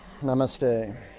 namaste